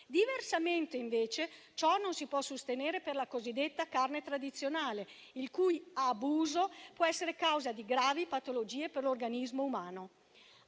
Diversamente, ciò non si può sostenere per la cosiddetta carne tradizionale, il cui abuso può essere causa di gravi patologie per l'organismo umano.